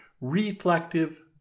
reflective